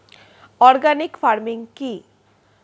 Organic farming কি?